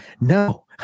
No